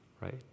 right